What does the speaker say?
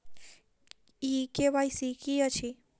ई KYC की अछि?